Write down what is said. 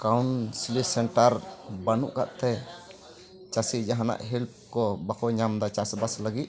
counselling centre ᱵᱟ ᱱᱩᱜ ᱟᱠᱟᱫ ᱛᱮ ᱪᱟᱥᱤ ᱡᱟᱦᱟᱸᱱᱟᱜ ᱦᱮᱞᱯ ᱠᱚ ᱵᱟᱠᱚ ᱧᱟᱢ ᱮᱫᱟ ᱪᱟᱥᱵᱟᱥ ᱞᱟᱹᱜᱤᱫ